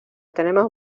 tenemos